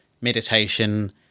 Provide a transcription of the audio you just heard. meditation